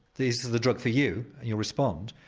this is the drug for you, you'll respond.